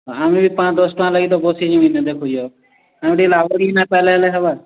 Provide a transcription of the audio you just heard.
ହଁ ଆମେ ବି ପାଞ୍ଚ୍ ଦଶ ଟଙ୍କା ଲାଗି ତ ବସିଚୁଁ ଇନେ ଦେଖୁଚ ଆମେ ଟିକେ ଲାଭ ବି ନାଇଁ ପାଇଲେ ହେଲେ ହେବା